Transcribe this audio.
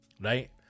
right